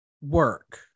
work